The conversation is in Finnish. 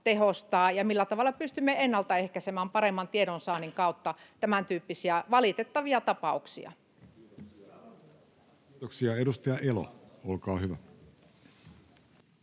ja millä tavalla pystymme ennaltaehkäisemään paremman tiedonsaannin kautta tämäntyyppisiä valitettavia tapauksia. [Speech 74] Speaker: